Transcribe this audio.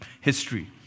history